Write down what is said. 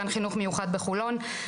גן חינוך מיוחד בחולון,